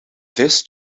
this